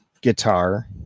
guitar